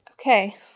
Okay